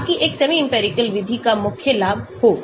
ताकि एक semi empirical विधि का मुख्य लाभ हो